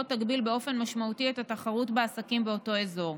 תגביל באופן משמעותי את התחרות בעסקים באותו אזור.